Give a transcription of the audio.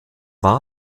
war